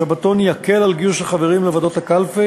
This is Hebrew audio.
השבתון יקל את גיוס החברים לוועדות הקלפי